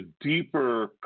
deeper